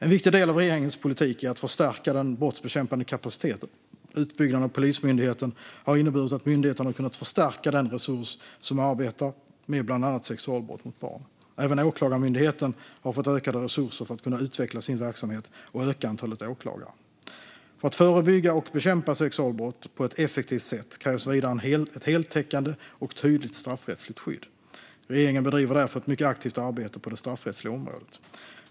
En viktig del av regeringens politik är att förstärka den brottsbekämpande kapaciteten. Utbyggnaden av Polismyndigheten har inneburit att myndigheten har kunnat förstärka den resurs som arbetar med bland annat sexualbrott mot barn. Även Åklagarmyndigheten har fått ökade resurser för att kunna utveckla sin verksamhet och öka antalet åklagare. För att förebygga och bekämpa sexualbrott på ett effektivt sätt krävs vidare ett heltäckande och tydligt straffrättsligt skydd. Regeringen bedriver därför ett mycket aktivt arbete på det straffrättsliga området.